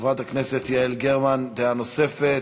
חברת הכנסת יעל גרמן, דעה נוספת.